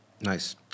Nice